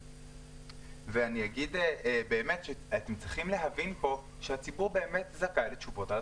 אני אגיד באמת שאתם צריכים להבין פה שהציבור זכאי לתשובות.